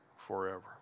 forever